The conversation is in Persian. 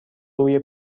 روی